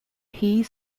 shuí